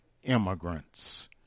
Immigrants